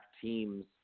teams